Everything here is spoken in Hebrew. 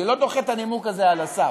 אני לא דוחה את הנימוק הזה על סף.